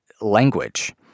language